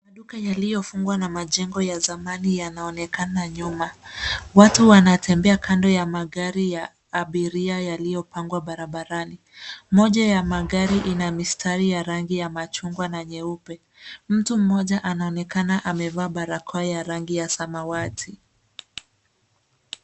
Duka yaliyofungwa na majengo ya zamani yanaonekana nyuma. Watu wanatembea kando ya magari ya abiria yaliyopangwa barabarani. Moja ya magari ina mistari ya rangi ya machungwa na nyeupe. Mtu mmoja anaonekana amevaa barakoa ya rangi ya samawati.